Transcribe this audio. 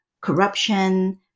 corruption